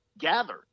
gather